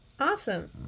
Awesome